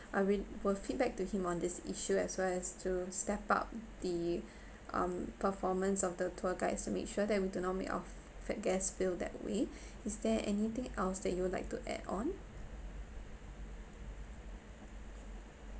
I wi~ will feedback to him on this issue as well as to step up the um performance of the tour guides to make sure that we do not make our f~ guests feel that way is there anything else that you would like to add on